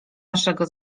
naszego